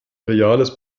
reales